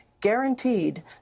guaranteed